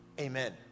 Amen